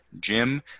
Jim